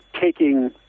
taking